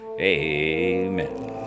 Amen